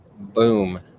Boom